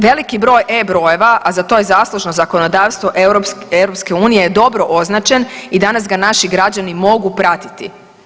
Veliki broj E brojeva, a za to je zaslužno zakonodavstvo EU-a je dobro označen i danas ga naši građani mogu pratiti.